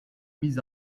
mis